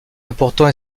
important